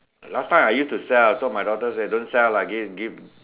last time I use to sell so my daughter say don't sell lah give give